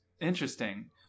Interesting